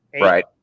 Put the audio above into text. Right